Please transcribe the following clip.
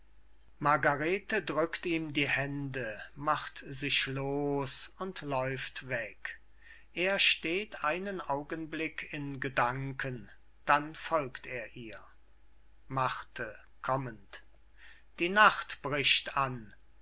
margarete drückt ihm die hände macht sich los und läuft weg er steht einen augenblick in gedanken dann folgt er ihr marthe kommend die nacht bricht an